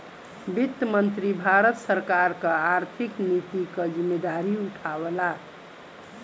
वित्त मंत्री भारत सरकार क आर्थिक नीति क जिम्मेदारी उठावला